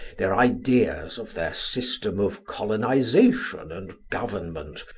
their ideas of their system of colonization and government,